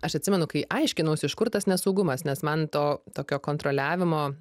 aš atsimenu kai aiškinausi iš kur tas nesaugumas nes man to tokio kontroliavimo